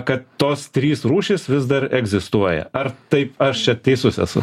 kad tos trys rūšys vis dar egzistuoja ar taip aš čia teisus esu